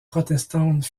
protestante